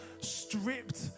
stripped